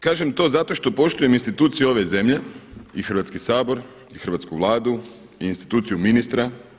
Kažem to zato što poštujem institucije ove zemlje i Hrvatski sabor, i hrvatsku Vladu, i instituciju ministra.